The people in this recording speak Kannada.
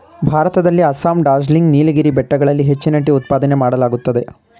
ಭಾರತದಲ್ಲಿ ಅಸ್ಸಾಂ, ಡಾರ್ಜಿಲಿಂಗ್, ನೀಲಗಿರಿ ಬೆಟ್ಟಗಳಲ್ಲಿ ಹೆಚ್ಚಿನ ಟೀ ಉತ್ಪಾದನೆ ಮಾಡಲಾಗುತ್ತದೆ